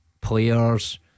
Players